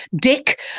Dick